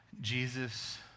Jesus